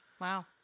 Wow